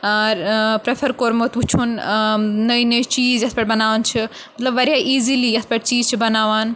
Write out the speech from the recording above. ٲں ٲں پرٛیٚفر کوٚرمُت وُچھُن ٲں نٔے نٔے چیٖز یَتھ پٮ۪ٹھ بَناوان چھِ مطلب واریاہ ایٖزیلی یَتھ پٮ۪ٹھ چیٖز چھِ بَناوان